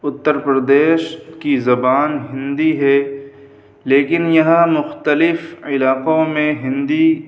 اتر پردیش کی زبان ہندی ہے لیکن یہاں مختلف علاقوں میں ہندی